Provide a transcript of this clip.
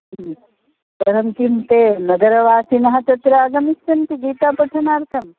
परं किं ते नगरवासिनः तत्र आगमिष्यन्ति गीतापठनार्थं